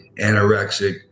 anorexic